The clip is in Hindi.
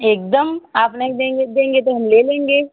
एक दम आप नहीं देंगे देंगे तो हम ले लेंगे